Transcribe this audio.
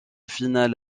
finale